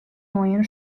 neuen